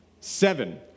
Seven